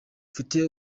mfite